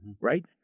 Right